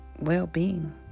well-being